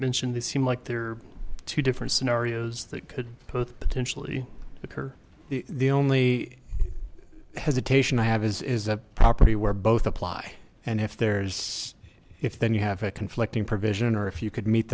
mentioned they seem like they're two different scenarios that could both potentially occur the the only hesitation i have is is a property where both apply and if there's if then you have a conflicting provision or if you could meet